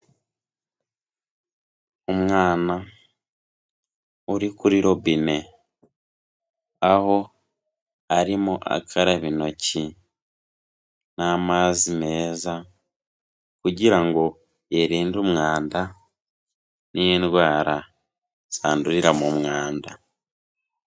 Umwana uri kuri robine, aho arimo akaraba intoki n'amazi meza kugira ngo yirinde umwanda n'indwara zandurira mu mwanda.